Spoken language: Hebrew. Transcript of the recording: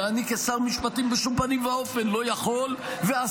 ואני כשר המשפטים בשום פנים ואופן לא יכול להתערב